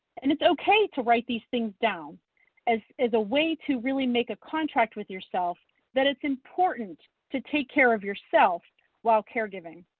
and it's okay to write these things down as a way to really make a contract with yourself that it's important to take care of yourself while caregiving.